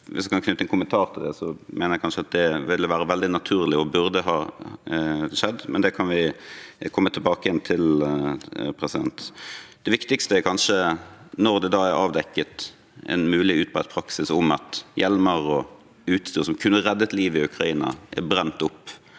Hvis jeg kan knytte en kommentar til det, mener jeg kanskje at det ville vært veldig naturlig og burde ha skjedd, men det kan vi komme tilbake igjen til. Det viktigste er kanskje at når det da er avdekket en mulig utbredt praksis der hjelmer og utstyr som kunne reddet liv i Ukraina, er brent opp